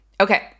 Okay